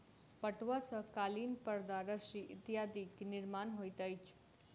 पटुआ सॅ कालीन परदा रस्सी इत्यादि के निर्माण होइत अछि